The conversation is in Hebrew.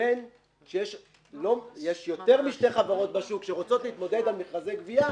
לבין זה שיש יותר משתי חברות בשוק שרוצות להתמודד על מכרזי גבייה,